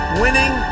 winning